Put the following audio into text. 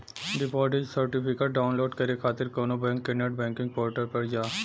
deposit certificate download करे खातिर कउनो बैंक के नेट बैंकिंग पोर्टल पर जा